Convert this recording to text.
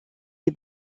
les